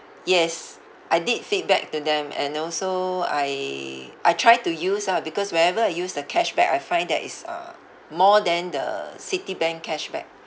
yes I did feedback to them and also I I try to use ah because whenever I use the cashback I find that is uh more than the Citibank cashback